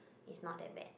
it's not that bad